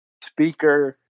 speaker